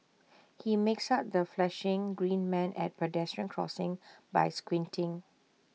he makes out the flashing green man at pedestrian crossings by squinting